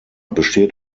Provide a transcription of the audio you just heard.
besteht